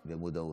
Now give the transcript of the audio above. ומודעות.